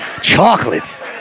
Chocolates